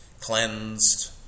cleansed